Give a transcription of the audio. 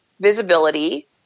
visibility